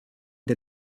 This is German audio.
der